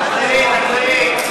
תחזרי, תחזרי.